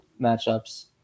matchups